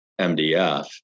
MDF